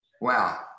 wow